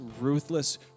ruthless